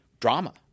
drama